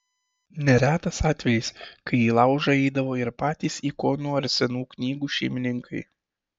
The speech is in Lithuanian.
neretas atvejis kai į laužą eidavo ir patys ikonų ar senų knygų šeimininkai